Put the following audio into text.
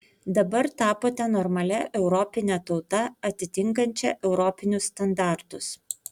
dabar tapote normalia europine tauta atitinkančia europinius standartus